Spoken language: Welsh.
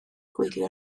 gwylio